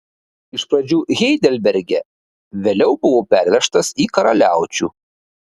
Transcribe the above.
iš pradžių heidelberge vėliau buvau pervežtas į karaliaučių